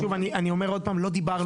שוב, אני אומר עוד פעם, לא דיברנו בדירות.